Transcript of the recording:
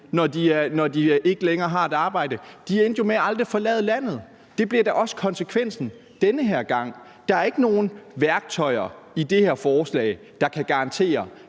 når de ikke længere havde et arbejde. De endte jo med aldrig at forlade landet. Det bliver da også konsekvensen den her gang. Der er ikke nogen værktøjer i det her forslag, der kan garantere,